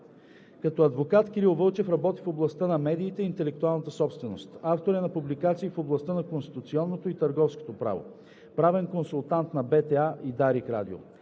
Като адвокат Кирил Вълчев работи в областта на медиите и интелектуалната собственост. Автор е на публикации в областта на конституционното и търговското право. Правен консултант е на БТА и Дарик радио.